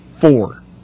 Four